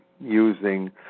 using